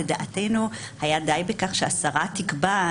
לדעתנו היה די בכך שהשרה תקבע.